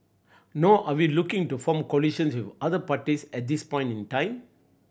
nor are we looking to form coalitions with other parties at this point in time